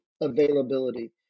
availability